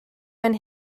fan